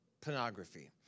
pornography